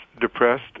depressed